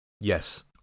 Yes